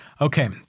Okay